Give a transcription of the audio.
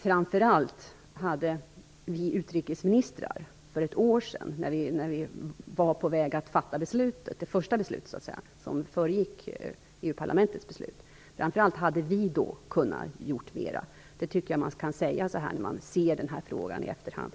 Framför allt hade vi utrikesministrar för ett år sedan, när vi var på väg att fatta det första beslutet, det som föregick EU-parlamentets beslut, kunnat göra mer. Det tycker jag att man kan säga när man ser på denna fråga i efterhand.